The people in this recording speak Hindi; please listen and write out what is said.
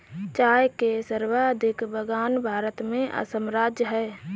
चाय के सर्वाधिक बगान भारत में असम राज्य में है